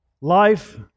life